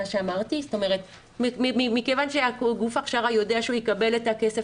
מכיוון שגוף ההכשרה יודע שהוא יקבל את הכסף